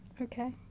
Okay